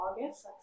August